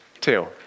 Two